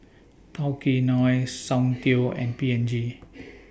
Tao Kae Noi Soundteoh and P and G